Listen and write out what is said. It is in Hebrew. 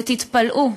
תתפלאו,